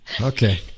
Okay